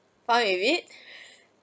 fine with it